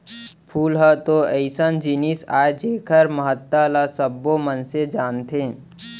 फूल ह तो अइसन जिनिस अय जेकर महत्ता ल सबो मनसे जानथें